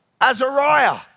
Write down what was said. Azariah